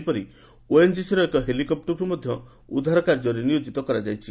ସେହିପରି ଓଏନ୍ଜିସିର ଏକ ହେଲିକପୁରକୁ ମଧ୍ୟ ଉଦ୍ଧାର କାର୍ଯ୍ୟରେ ନିୟୋଜିତ କରାଯାଇଛି